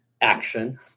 action